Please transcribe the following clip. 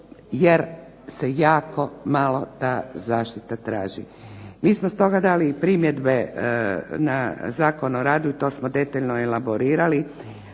jer se jako malo ta zaštita traži. Mi smo stoga dali i primjedbe na Zakon o radu i to smo detaljno elaborirali,